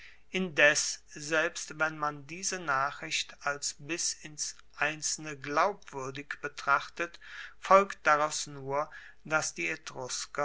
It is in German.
indes selbst wenn man diese nachricht als bis ins einzelne glaubwuerdig betrachtet folgt daraus nur dass die